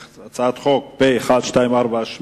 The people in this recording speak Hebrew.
פ/1248,